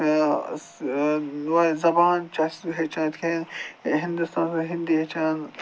زبان چھِ اَسہِ ہیٚچھان یِتھ کٔنۍ ہِنٛدُستانَس منٛز ہِنٛدی ہیٚچھان